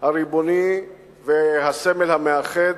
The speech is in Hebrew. הריבוני והסמל המאחד,